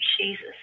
Jesus